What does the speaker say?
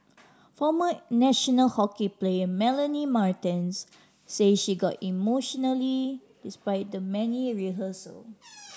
former national hockey player Melanie Martens say she got emotional despite the many rehearsal